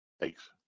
Thanks